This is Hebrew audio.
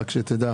אני עונה.